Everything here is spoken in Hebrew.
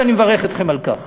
ואני מברך אתכם על כך.